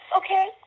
okay